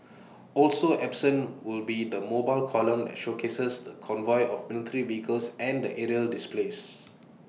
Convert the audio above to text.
also absent will be the mobile column that showcases the convoy of military vehicles and the aerial displays